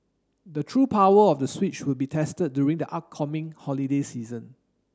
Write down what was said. the true power of the Switch would be tested during the upcoming holiday season